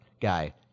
guy